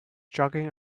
jogging